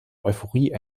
euphorie